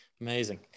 amazing